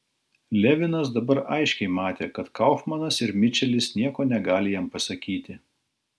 levinas dabar aiškiai matė kad kaufmanas ir mičelis nieko negali jam pasakyti